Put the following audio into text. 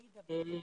חגית,